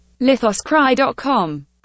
lithoscry.com